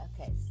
okay